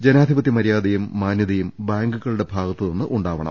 ജനാധിപതൃ മരൃാദയും മാനൃതയും ബാങ്കുകളുടെ ഭാഗത്തുനിന്ന് ഉണ്ടാകണം